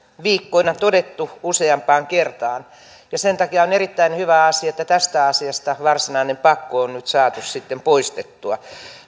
viikkoina todettu useampaan kertaan ja sen takia on erittäin hyvä asia että tästä asiasta varsinainen pakko on nyt saatu sitten poistettua